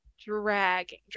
dragging